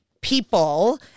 people